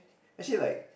actually like